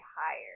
higher